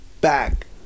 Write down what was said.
back